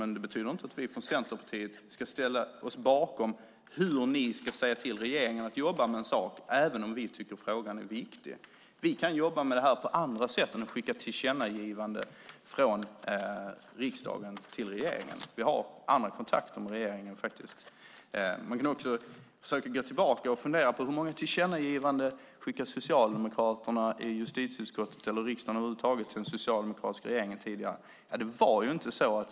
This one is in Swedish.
Men det betyder inte att vi från Centerpartiet ska ställa oss bakom hur ni ska säga till regeringen att jobba med en sak, även om vi tycker att frågan är viktig. Vi kan jobba med det här på andra sätt än genom att skicka ett tillkännagivande från riksdagen till regeringen. Vi har andra kontakter med regeringen. Man kan också försöka se tillbaka och fundera på: Hur många tillkännagivanden skickade Socialdemokraterna i justitieutskottet eller i riksdagen över huvud taget till den socialdemokratiska regeringen tidigare?